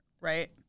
Right